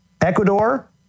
ecuador